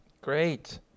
Great